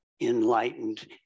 enlightened